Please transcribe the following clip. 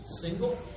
single